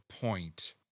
point